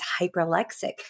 hyperlexic